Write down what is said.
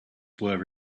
were